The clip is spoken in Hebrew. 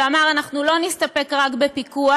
שאמר: אנחנו לא נסתפק רק בפיקוח,